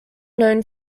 known